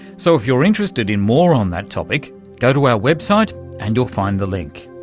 so if you're interested in more on that topic go to our website and you'll find the link.